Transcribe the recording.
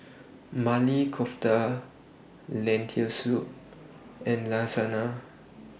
Maili Kofta Lentil Soup and Lasagna